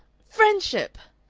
friendship!